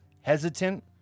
hesitant